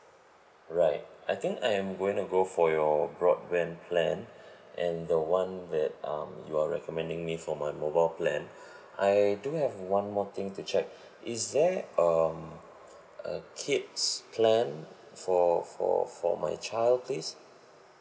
right I think I am going to go for your broadband plan and the one that um you are recommending me for my mobile plan I do have one more thing to check is there um a kid's plan for for for my child please